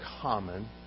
common